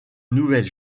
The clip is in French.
nouvelle